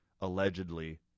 allegedly